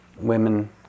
women